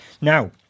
Now